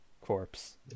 corpse